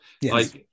Yes